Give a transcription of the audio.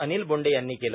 अनिल बोंडे यांनी केले